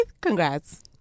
Congrats